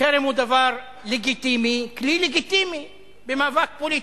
חרם הוא דבר לגיטימי, כלי לגיטימי במאבק פוליטי.